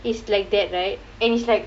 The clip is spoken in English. it's like that right and it's like